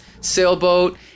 sailboat